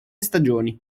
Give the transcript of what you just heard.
stagioni